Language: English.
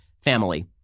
family